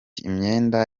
imyenda